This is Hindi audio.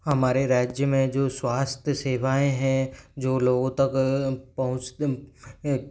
हमारे राज्य में जो स्वास्थ्य सेवाएं हैं जो लोगों तक पहुँच